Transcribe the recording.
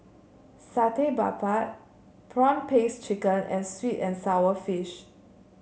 Satay Babat prawn paste chicken and sweet and sour fish